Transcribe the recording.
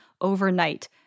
overnight